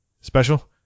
special